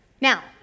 Now